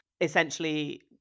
essentially